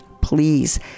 please